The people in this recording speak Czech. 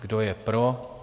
Kdo je pro?